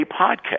podcast